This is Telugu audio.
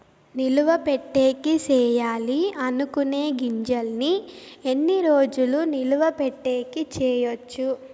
నిలువ పెట్టేకి సేయాలి అనుకునే గింజల్ని ఎన్ని రోజులు నిలువ పెట్టేకి చేయొచ్చు